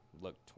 look